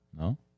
No